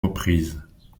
reprises